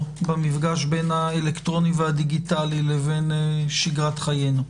במפגש בין האלקטרוני והדיגיטלי לבין שגרת חיינו?